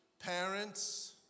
parents